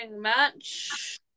match